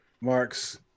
Marks